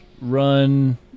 run